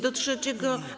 Do trzeciego.